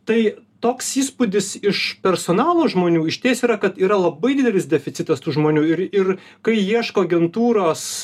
tai toks įspūdis iš personalo žmonių išties yra kad yra labai didelis deficitas tų žmonių ir ir kai ieško agentūros